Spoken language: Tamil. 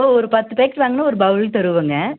ஒரு பத்து பேக்கெட் வாங்குனா ஒரு பௌல் தருவோம்ங்க